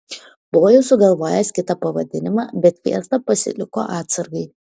buvo jau sugalvojęs kitą pavadinimą bet fiestą pasiliko atsargai